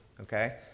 Okay